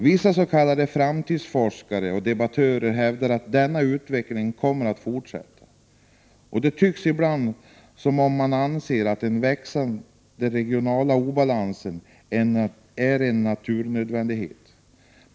Vissa s.k. framtidsforskare och debattörer hävdar att denna utveckling kommer att fortsätta, och det tycks ibland som om man anser att växande regionala obalanser är en naturnödvändighet.